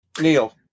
Neil